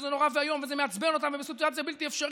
וזה נורא ואיום וזה מעצבן אותם וזו סיטואציה בלתי-אפשרית.